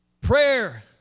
prayer